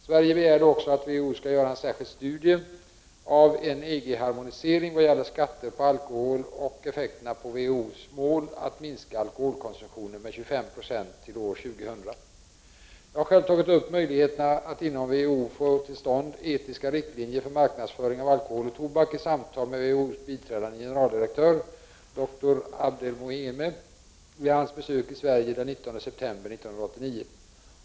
Sverige begärde också att WHO skall göra en särskild studie av en EG-harmonisering vad gäller skatter på alkohol och effekterna på WHO:s mål att minska alkoholkonsumtionen med 25 Yo till år 2000. Jag har själv tagit upp möjligheterna att inom WHO få till stånd etiska riktlinjer för marknadsföring av alkohol och tobak i samtal med WHO:s biträdande generaldirektörer dr. Abdelmoumene vid hans besök i Sverige den 19 september 1989.